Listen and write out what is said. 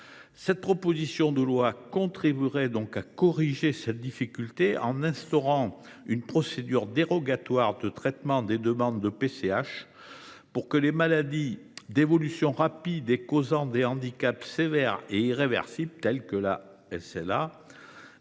cette proposition de loi contribuerait à corriger cette difficulté en instaurant une procédure dérogatoire de traitement des demandes de PCH pour les maladies « d’évolution rapide et causant des handicaps sévères et irréversibles », telles que la SLA.